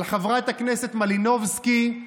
על חברת הכנסת מלינובסקי,